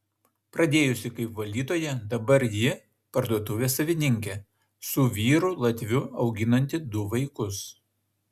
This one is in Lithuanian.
pradėjusi kaip valytoja dabar ji parduotuvės savininkė su vyru latviu auginanti du vaikus